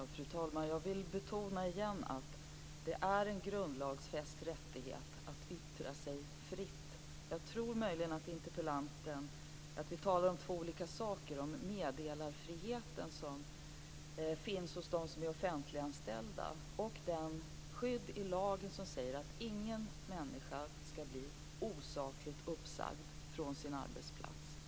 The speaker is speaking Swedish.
Fru talman! Jag vill åter betona att det är en grundlagsfäst rättighet att yttra sig fritt. Jag tror möjligen att interpellanten och jag talar om två olika saker - den meddelarfrihet som finns för de offentliganställda och det skydd i lagen som säger att ingen människa skall bli osakligt uppsagd från sin arbetsplats.